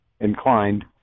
inclined